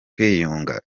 kwiyunga